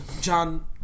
John